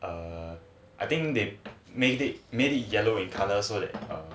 err I think they made it made a yellow in colour so that